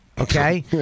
Okay